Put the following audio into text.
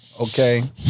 Okay